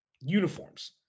uniforms